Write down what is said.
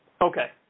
Okay